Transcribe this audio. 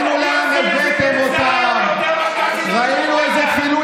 אז הוא יצטרך לענות.